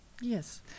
Yes